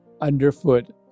underfoot